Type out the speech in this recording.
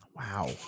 Wow